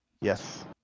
Yes